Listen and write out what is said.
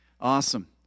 awesome